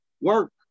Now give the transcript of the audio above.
work